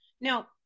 Now